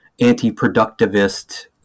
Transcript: anti-productivist